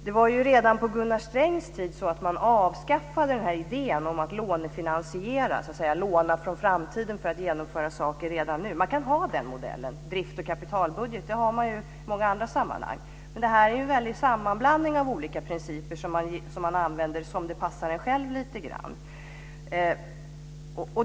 Det var ju redan på Gunnar Strängs tid så att man avskaffade idén om att lånefinansiera, så att säga låna från framtiden för att genomföra saker redan nu. Man kan ha den modellen, med drifts och kapitalbudget - det har man ju i många andra sammanhang. Men det här är en väldig sammanblandning av olika principer som man använder som det passar en själv.